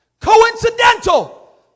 coincidental